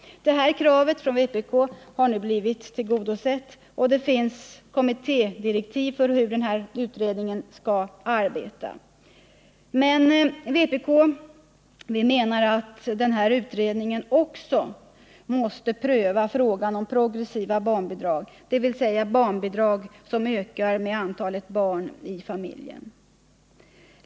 Detta krav har nu blivit tillgodosett, och det finns kommittédirektiv för hur denna utredning skall arbeta. Vpk menar emellertid att denna utredning förutom vad som sägs i direktiven också måste pröva frågan om progressiva barnbidrag, dvs. barnbidrag som ökar med antalet barn i familjen.